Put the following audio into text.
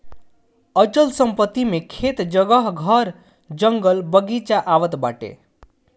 अचल संपत्ति मे खेत, जगह, घर, जंगल, बगीचा आवत बाटे